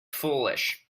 foolish